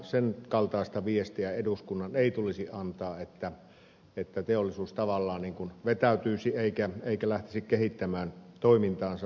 sen kaltaista viestiä eduskunnan ei tulisi antaa että teollisuus tavallaan vetäytyisi eikä lähtisi kehittämään toimintaansa